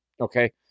Okay